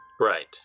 Right